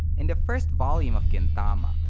in the first volume of gintama,